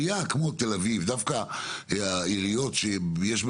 אם יהיה צורך לעשות בדיקות יש עיריות שידעו